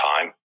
time